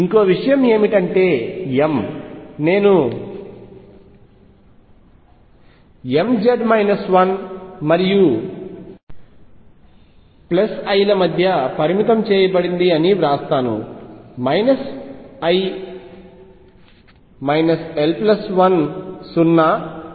ఇంకో విషయం ఏమిటంటే m నేను mz l మరియు l మధ్య పరిమితం చేయబడింది అని వ్రాస్తాను ఇది l l1